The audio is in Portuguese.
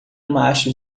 macho